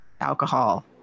alcohol